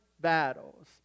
battles